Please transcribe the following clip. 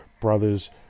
Brothers